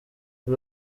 the